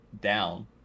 down